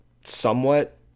somewhat